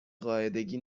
قاعدگی